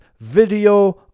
video